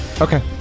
Okay